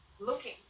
looking